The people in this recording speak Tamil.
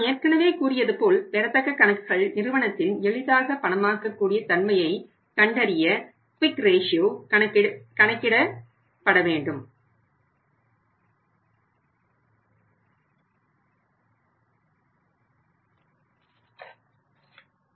நான் ஏற்கனவே கூறியது போல் பெறத்தக்க கணக்குகள் நிறுவனத்தின் எளிதாக பணமாக்க கூடிய தன்மையை கண்டறிய க்விக் ரேஷியோ கணக்கிட எடுத்துக் கொள்ளப்படும்